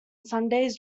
sundays